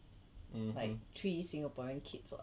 like three singaporean kids [what]